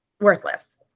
worthless